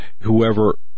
whoever